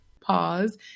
Pause